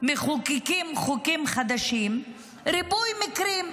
מחוקקים חוקים חדשים, ריבוי מקרים.